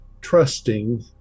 trusting